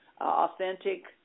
authentic